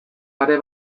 pare